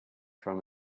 from